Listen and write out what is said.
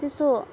त्यस्तो